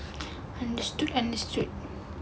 understood understood